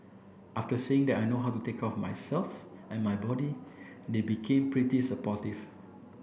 after seeing that I know how to take care of myself and my body they've become pretty supportive